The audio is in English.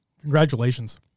Congratulations